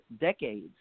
decades